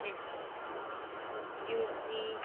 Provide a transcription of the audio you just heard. hint juicy